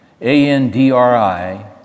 A-N-D-R-I